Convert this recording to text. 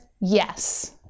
yes